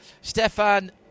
Stefan